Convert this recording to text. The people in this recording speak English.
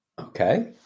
okay